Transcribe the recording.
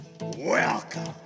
Welcome